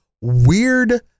weird